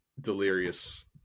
delirious